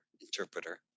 interpreter